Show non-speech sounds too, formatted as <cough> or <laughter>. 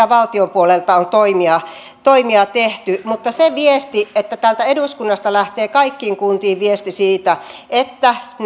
<unintelligible> valtion puolelta on toimia toimia tehty mutta se viesti on että täältä eduskunnasta lähtee kaikkiin kuntiin viesti siitä että